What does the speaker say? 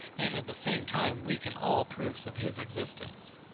and at the same time weaken all proofs of his existence.